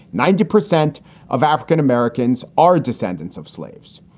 ninety percent of african-americans are descendants of slaves.